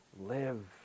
live